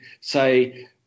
say